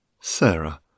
Sarah